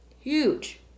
huge